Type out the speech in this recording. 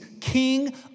king